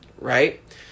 right